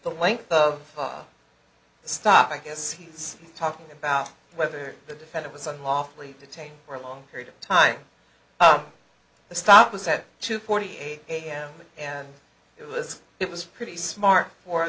the length of the stop i guess he's talking about whether the defendant was unlawfully detained for a long period of time the stop was at two forty eight am and it was it was pretty smart